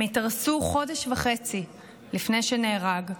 הם התארסו חודש וחצי לפני שנהרג,